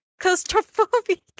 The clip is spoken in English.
claustrophobic